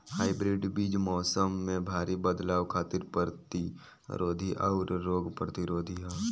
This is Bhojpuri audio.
हाइब्रिड बीज मौसम में भारी बदलाव खातिर प्रतिरोधी आउर रोग प्रतिरोधी ह